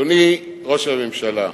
אדוני ראש הממשלה,